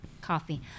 coffee